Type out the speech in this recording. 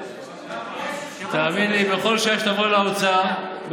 בכל שעה שתבוא לאוצר,